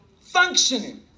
Functioning